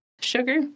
sugar